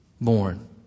born